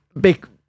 big